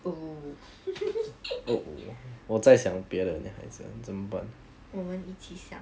oh 我们一起想